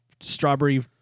strawberry